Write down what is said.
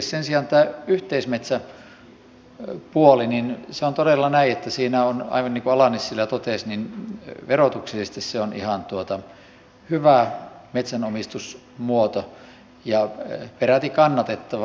sen sijaan tämä yhteismetsäpuoli on todella näin että se on aivan niin kuin ala nissilä totesi verotuksellisesti ihan hyvä metsänomistusmuoto ja peräti kannatettava